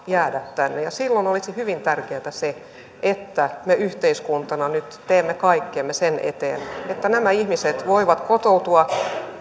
jäädä tänne ja silloin olisi hyvin tärkeätä se että me yhteiskuntana nyt teemme kaikkemme sen eteen että nämä ihmiset voivat kotoutua